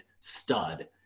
stud